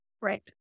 right